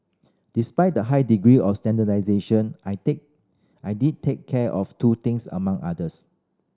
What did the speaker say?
despite the high degree of standardisation I take I did take care of two things among others